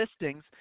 listings